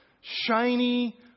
shiny